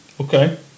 Okay